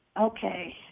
Okay